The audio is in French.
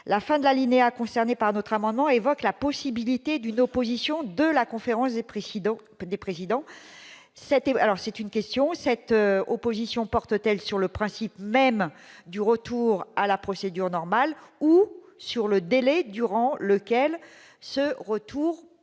la fin de l'alinéa concernés par d'autres amendements évoque la possibilité d'une opposition de la conférence des présidents des présidents cet alors c'est une question cette opposition porte-t-elle sur le principe même du retour à la procédure normale ou sur le délai durant lequel ce retour